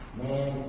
man